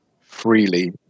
freely